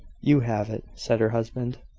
you have it, said her husband.